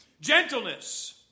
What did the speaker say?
gentleness